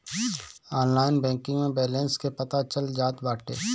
online banking में balance के पता चल जात बाटे